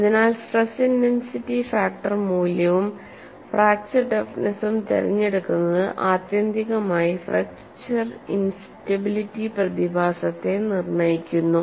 അതിനാൽ stress intensity factor മൂല്യവും fracture ടഫ്നെസും തിരഞ്ഞെടുക്കുന്നത് ആത്യന്തികമായി ഫ്രാക്ച്ചർ ഇന്സ്റ്റബിലിറ്റി പ്രതിഭാസത്തെ നിർണ്ണയിക്കുന്നു